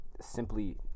simply